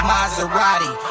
Maserati